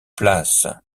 place